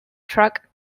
track